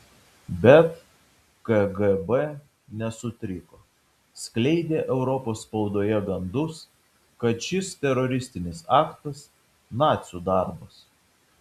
bet kgb nesutriko skleidė europos spaudoje gandus kad šis teroristinis aktas nacių darbas